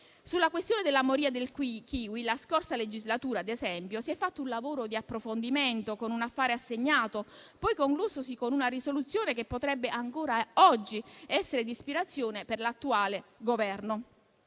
Sulla questione della moria del kiwi, la scorsa legislatura, ad esempio, si è fatto un lavoro di approfondimento con un affare assegnato, poi conclusosi con una risoluzione che potrebbe ancora oggi essere d'ispirazione per l'attuale Governo.